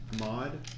mod